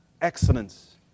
excellence